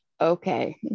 okay